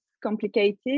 complicated